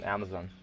Amazon